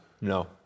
No